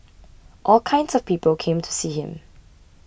all kinds of people came to see him